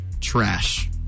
trash